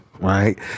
right